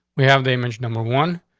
we have the image number one,